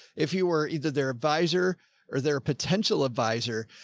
if you were either their advisor or their potential advisor,